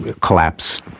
collapse